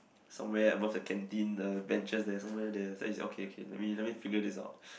somewhere above the canteen uh benches there somewhere there then I say okay okay let me let me figure this out